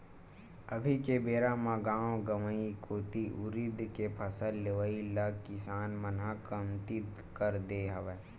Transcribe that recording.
अभी के बेरा म गाँव गंवई कोती उरिद के फसल लेवई ल किसान मन ह कमती कर दे हवय